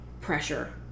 pressure